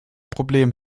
problem